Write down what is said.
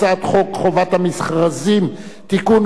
הצעת חוק חובת המכרזים (תיקון,